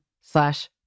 slash